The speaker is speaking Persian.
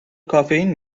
کافئین